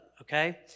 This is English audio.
okay